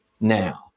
now